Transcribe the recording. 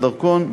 בדרכון,